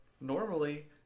normally